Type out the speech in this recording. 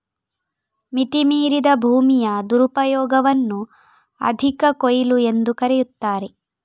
ಮಿತಿ ಮೀರಿದ ಭೂಮಿಯ ದುರುಪಯೋಗವನ್ನು ಅಧಿಕ ಕೊಯ್ಲು ಎಂದೂ ಕರೆಯುತ್ತಾರೆ